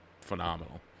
phenomenal